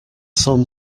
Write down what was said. some